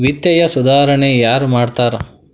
ವಿತ್ತೇಯ ಸುಧಾರಣೆ ಯಾರ್ ಮಾಡ್ತಾರಾ